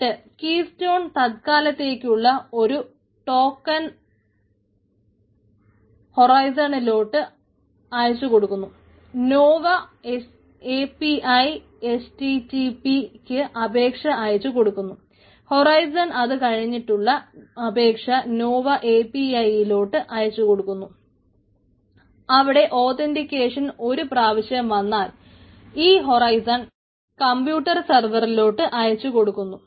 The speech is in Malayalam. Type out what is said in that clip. എന്നിട്ട് കീസ്റ്റോൺ തൽക്കാലത്തേക്കുള്ള ഒരു ടോക്കണെ ഒരു പ്രാവശ്യം വന്നാൽ ഈ ഹൊറൈസൺ കമ്പ്യൂട്ടർ സർവ്വറിലോട്ട് അയച്ചു കൊടുക്കുന്നു